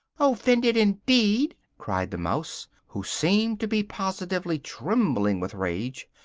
offended indeed! cried the mouse, who seemed to be positively trembling with rage,